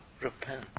repent